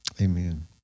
Amen